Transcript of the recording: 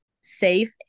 safe